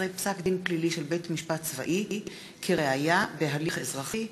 19) (פסק-דין פלילי של בית-משפט צבאי כראיה בהליך אזרחי),